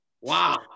Wow